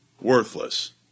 worthless